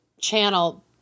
channel